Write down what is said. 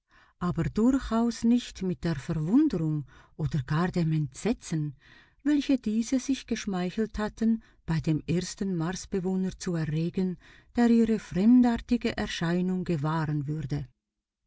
aber durchaus nicht mit der verwunderung oder gar dem entsetzen welche diese sich geschmeichelt hatten bei dem ersten marsbewohner zu erregen der ihre fremdartige erscheinung gewahren würde